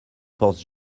pense